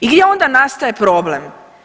I gdje onda nastaje problem?